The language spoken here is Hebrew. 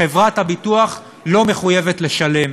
חברת הביטוח לא מחויבת לשלם.